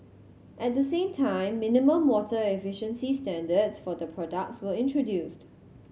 at the same time minimum water efficiency standards for the products were introduced